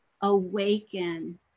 awaken